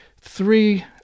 three